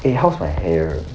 eh how's my hair